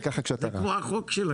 זה כמו החוק שלכם.